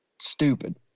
stupid